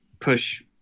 push